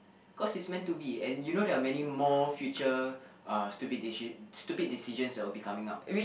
cause it's meant to be and you know they are many more future uh stupid deci~ stupid decisions that will be coming up